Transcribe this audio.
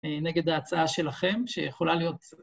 ‫נגד ההצעה שלכם, שיכולה להיות...